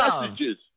messages